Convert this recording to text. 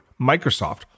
Microsoft